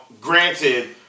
granted